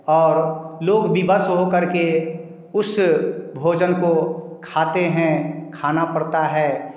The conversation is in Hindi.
और लोग विवश होकर के उस भोजन को खाते हैं खाना पड़ता है